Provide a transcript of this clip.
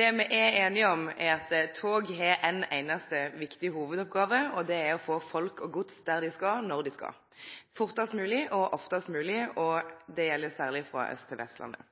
Det me er einige om, er at tog har ei einaste viktig hovudoppgåve: å få folk og gods dit dei skal, når dei skal – fortast mogleg og oftast mogleg. Det gjeld særleg frå Austlandet til Vestlandet.